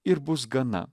ir bus gana